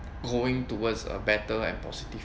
going towards a better and positive